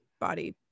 body